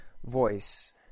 voice